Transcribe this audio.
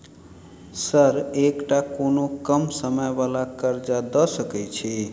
Sir एकटा कोनो कम समय वला कर्जा दऽ सकै छी?